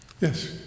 Yes